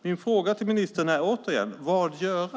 Min fråga till ministern är återigen: Vad göra?